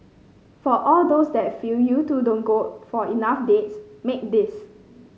for all those that feel you two don't go for enough dates make this